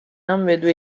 ambedue